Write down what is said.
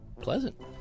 pleasant